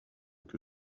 que